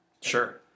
Sure